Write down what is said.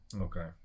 okay